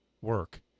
work